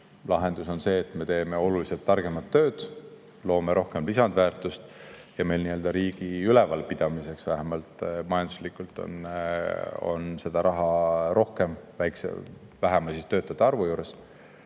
lahendus on see, et me teeme oluliselt targemat tööd, loome rohkem lisandväärtust ja meil on nii-öelda riigi ülevalpidamiseks vähemalt majanduslikult raha rohkem ka väiksema töötajate arvu korral.